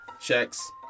checks